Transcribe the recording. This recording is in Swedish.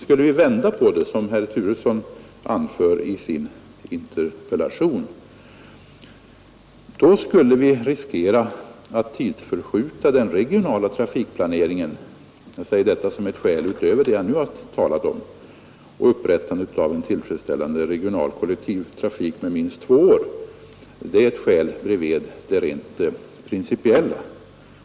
Skulle vi vända på det — som herr Turesson förordar i sin interpellation — skulle vi riskera att tidsförskjuta den regionala trafikplaneringen — jag säger detta som ett skäl utöver det jag nu talat om — och upprättandet av en tillfredsställande regional kollektivtrafik med minst två år. Det är således ett skäl bredvid det rent principiella.